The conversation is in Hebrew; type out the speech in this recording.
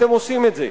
אתם עושים את זה,